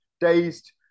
dazed